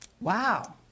wow